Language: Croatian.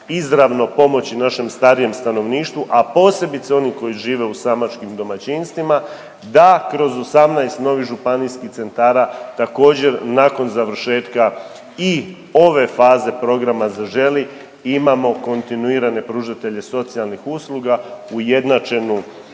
izravno pomoći našem starijem stanovništvu, a posebice onim koji žive u samačkim domaćinstvima da kroz 18 novih županijskih centara također nakon završetka i ove faze programa Zaželi imamo kontinuirane pružatelje socijalnih usluga ujednačenu